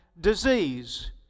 disease